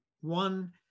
one